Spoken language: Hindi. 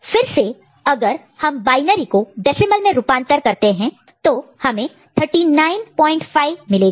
फिर से अगर हम बायनरी को डेसिमल में रूपांतर कन्वर्ट convert करते हैं तो हमें 395 मिलेगा